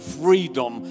freedom